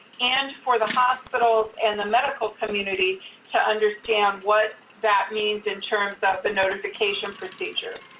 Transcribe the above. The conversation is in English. and for the hospitals and the medical community to understand what that means in terms of the notification procedure.